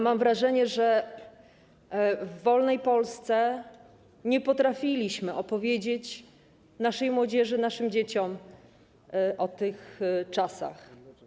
Mam wrażenie, że w wolnej Polsce nie potrafiliśmy opowiedzieć naszej młodzieży, naszym dzieciom o tych czasach.